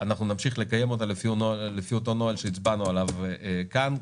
אנחנו נמשיך לקיים אותה לפי אותו נוהל שהצבענו עליו כאן.